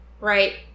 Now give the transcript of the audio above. right